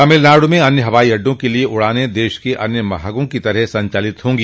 तमिलनाडु में अन्य हवाई अड्डों के लिए उड़ानें देश के अन्य भागों की तरह संचालित होंगी